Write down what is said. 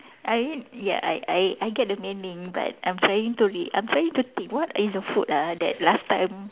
I mean ya I I I get the main thing but I'm trying to re~ I'm trying to think what is the food ah that last time